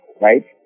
right